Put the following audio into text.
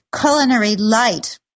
culinary-light